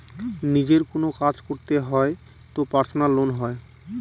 নিজের কোনো কাজ করতে হয় তো পার্সোনাল লোন হয়